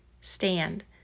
stand